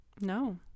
no